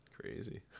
Crazy